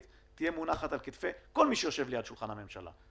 תהיה מונחת על כתפי כל מי שיושב ליד שולחן הממשלה.